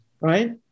Right